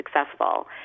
successful